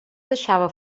deixava